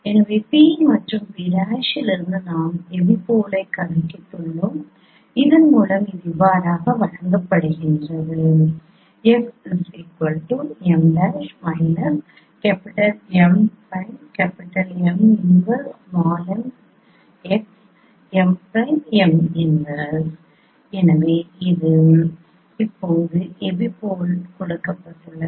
எனவே P மற்றும் P' இலிருந்து நாம் எபிபோலைக் கணக்கிட்டுள்ளோம் இதன் மூலம் வழங்கப்படுகிறது எனவே இது இப்போது எபிபோல் கொடுக்கப்பட்டுள்ளது